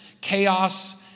chaos